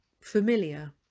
familiar